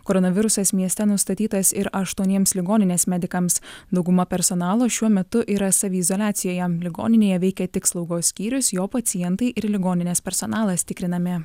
koronavirusas mieste nustatytas ir aštuoniems ligoninės medikams dauguma personalo šiuo metu yra saviizoliacijoje ligoninėje veikia tik slaugos skyrius jo pacientai ir ligoninės personalas tikrinami